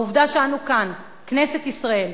העובדה שאנו כאן, כנסת ישראל,